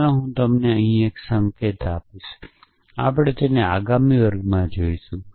ચાલો હું તમને અહીં એક સંકેત આપીશ અને આપણે તેને આગામી વર્ગમાં લઈ જઈશું